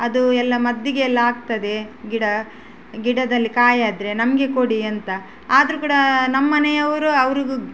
ಅದು ಎಲ್ಲ ಮದ್ದಿಗೆಲ್ಲ ಆಗ್ತದೆ ಗಿಡ ಗಿಡದಲ್ಲಿ ಕಾಯಾದರೆ ನಮಗೆ ಕೊಡಿ ಅಂತ ಆದರೂ ಕೂಡ ನಮ್ಮನೆಯವರು ಅವ್ರಿಗೂ